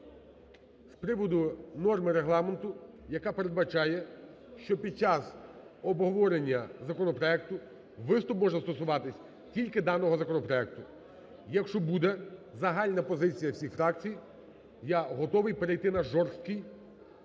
з приводу норми Регламенту, яка передбачає, що під час обговорення законопроекту виступ може стосуватися тільки даного законопроекту. Якщо буде загальна позиція всіх фракцій, я готовий перейти на жорсткий